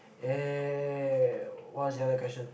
eh what's the other question